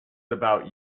about